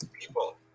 people